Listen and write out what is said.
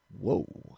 Whoa